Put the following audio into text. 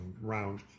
round